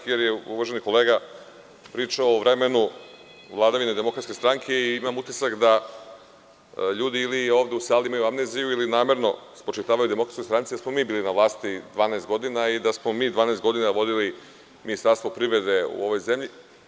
Uvaženi kolega je pričao o vremenu vladavine Demokratske stranke i imam utisak da ljudi ovde u sali ili imaju amneziju ili namerno spočitavaju DS da smo mi bili na vlasti 12 godina i da smo mi 12 godina vodili Ministarstvo privrede u ovoj zemlji.